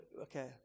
okay